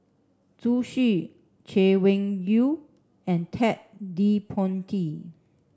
Zhu Xu Chay Weng Yew and Ted De Ponti